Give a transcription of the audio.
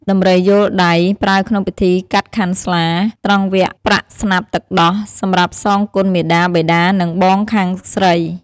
ដំរីយោលដៃ ប្រើក្នុងពិធីកាត់ខាន់ស្លា ត្រង់វគ្គប្រាក់ស្នាប់ទឹកដោះ សម្រាប់សងគុណមាតា បិតា និងបងខាងស្រី។